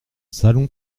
salon